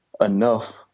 enough